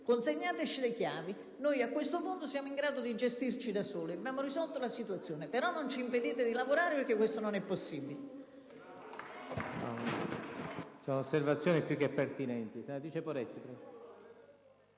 consegnateci le chiavi; noi a questo punto siamo in grado di gestirci da soli, abbiamo risolto la situazione, ma non impediteci di lavorare, perché questo non è possibile.